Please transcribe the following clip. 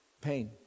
Pain